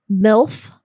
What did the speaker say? MILF